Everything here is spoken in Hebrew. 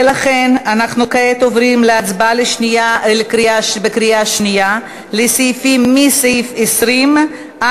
ולכן אנחנו כעת עוברים להצבעה בקריאה שנייה על הסעיפים 20 30,